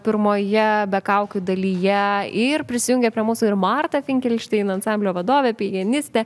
pirmoje be kaukių dalyje ir prisijungia prie mūsų ir marta finkelštein ansamblio vadovė pianistė